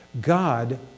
God